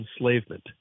enslavement